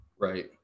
right